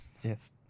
yes